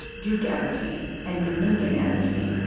duke energy and dominion energy,